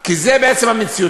כי זאת בעצם המציאות,